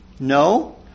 No